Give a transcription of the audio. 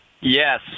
Yes